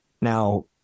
Now